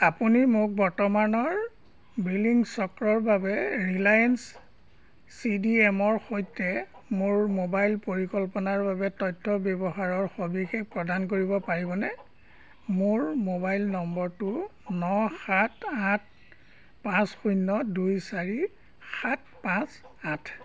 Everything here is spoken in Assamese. আপুনি মোক বৰ্তমানৰ বিলিং চক্ৰৰ বাবে ৰিলায়েন্স চি ডি এমৰ সৈতে মোৰ মোবাইল পৰিকল্পনাৰ বাবে তথ্য ব্যৱহাৰৰ সবিশেষ প্ৰদান কৰিব পাৰিবনে মোৰ মোবাইল নম্বৰটো ন সাত আঠ পাঁচ শূন্য দুই চাৰি সাত পাঁচ আঠ